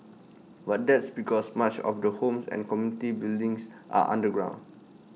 but that's because much of the homes and community buildings are underground